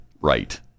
right